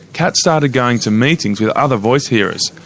kat started going to meetings with other voice-hearers.